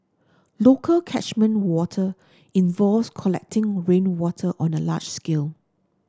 local catchment water involves collecting rainwater on a large scale